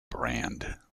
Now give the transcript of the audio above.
brand